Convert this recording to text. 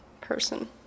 person